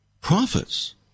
prophets